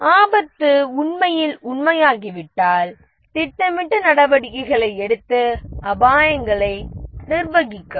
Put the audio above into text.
ஆபத்து உண்மையில் உண்மையாகிவிட்டால் திட்டமிட்ட நடவடிக்கைகளை எடுத்து அபாயங்களை நிர்வகிக்கவும்